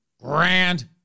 grand